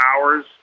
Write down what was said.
hours